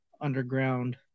underground